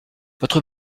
votre